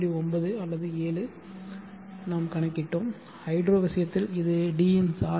9 அல்லது 7 நாம் கணக்கிட்டோம் ஹைட்ரோ விஷயத்தில் இது டி இன் சார்பு